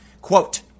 Quote